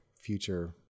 future